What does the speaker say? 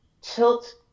tilt